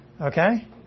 Okay